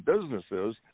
businesses